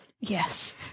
Yes